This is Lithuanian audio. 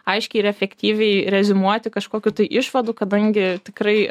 aiškiai ir efektyviai reziumuoti kažkokių tai išvadų kadangi tikrai